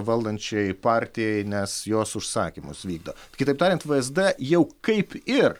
valdančiai partijai nes jos užsakymus vykdo kitaip tariant vzd jau kaip ir